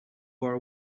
are